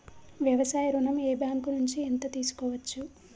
వ్యవసాయ ఋణం ఏ బ్యాంక్ నుంచి ఎంత తీసుకోవచ్చు?